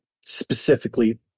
specifically